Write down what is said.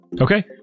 Okay